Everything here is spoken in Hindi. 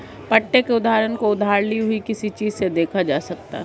पट्टे के उदाहरण को उधार ली हुई किसी चीज़ से देखा जा सकता है